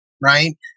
right